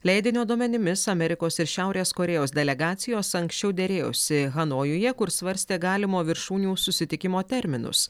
leidinio duomenimis amerikos ir šiaurės korėjos delegacijos anksčiau derėjosi hanojuje kur svarstė galimo viršūnių susitikimo terminus